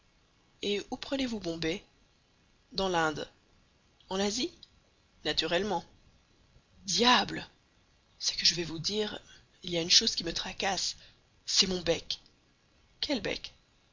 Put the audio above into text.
et où prenez-vous bombay dans l'inde en asie naturellement diable c'est que je vais vous dire il y a une chose qui me tracasse c'est mon bec quel bec